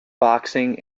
boxing